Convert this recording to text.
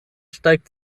steigt